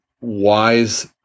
wise